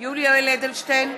יואל אדלשטיין,